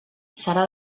serà